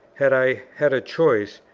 had i had a choice,